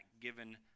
given